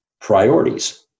priorities